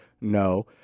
No